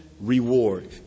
reward